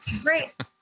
Great